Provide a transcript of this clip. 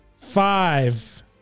Five